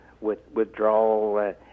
withdrawal